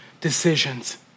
decisions